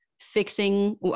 fixing